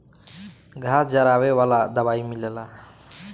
घास जरावे वाला दवाई मिलेला